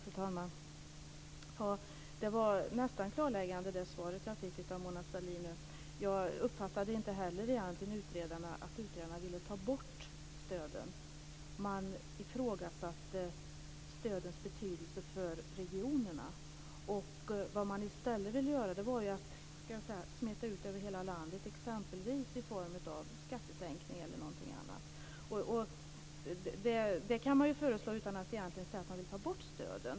Fru talman! Det var nästan klarläggande, det svar jag fick av Mona Sahlin nu. Jag uppfattade inte heller egentligen att utredarna ville ta bort stöden. Man ifrågasatte stödens betydelse för regionerna, och vad man i stället ville göra var att smeta ut stöden över hela landet, exempelvis i form av skattesänkning. Detta kan man ju föreslå utan att egentligen säga att man vill ta bort stöden.